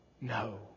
No